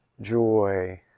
joy